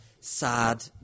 sad